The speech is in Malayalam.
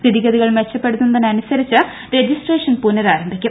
സ്ഥിതിഗതികൾ മെച്ചപ്പെടുന്നതനുസരിച്ച് രജിസ്ട്രേഷൻ പുനരാരംഭിക്കും